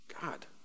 God